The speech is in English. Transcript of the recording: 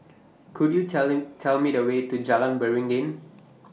Could YOU telling Tell Me The Way to Jalan Beringin